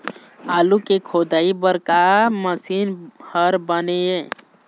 आलू के खोदाई बर का मशीन हर बने ये?